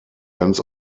ganz